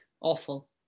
Awful